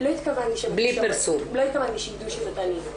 לא התכוונתי שידעו שזאת אני.